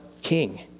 king